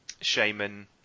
Shaman